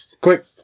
Quick